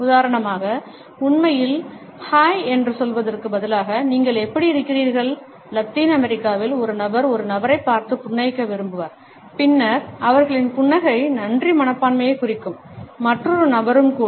உதாரணமாக உண்மையில் ஹாய் என்று சொல்வதற்கு பதிலாக நீங்கள் எப்படி இருக்கிறீர்கள் லத்தீன் அமெரிக்காவில் ஒரு நபர் ஒரு நபரைப் பார்த்து புன்னகைக்க விரும்புவார் பின்னர் அவர்களின் புன்னகை நன்றி மனப்பான்மையைக் குறிக்கும் மற்றொரு நபரும் கூட